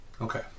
Okay